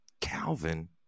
Calvin